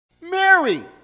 Mary